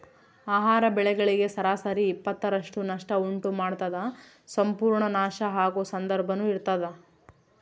ಆಹಾರ ಬೆಳೆಗಳಿಗೆ ಸರಾಸರಿ ಇಪ್ಪತ್ತರಷ್ಟು ನಷ್ಟ ಉಂಟು ಮಾಡ್ತದ ಸಂಪೂರ್ಣ ನಾಶ ಆಗೊ ಸಂದರ್ಭನೂ ಇರ್ತದ